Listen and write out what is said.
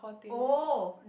oh